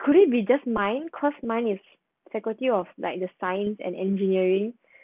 could it be just mine cause mine is faculty of like the science and engineering